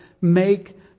make